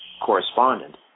correspondent